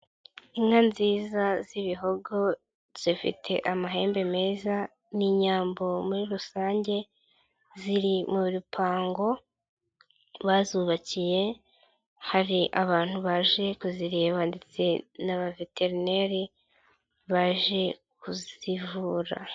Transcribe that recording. Inka nziza z'ibihogo zifite amahembe meza, ni inyambo muri rusange, ziri mu rupango bazubakiye, hari abantu baje kuzireba ndetse ni abaveterineri baje kuzivura.